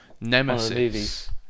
Nemesis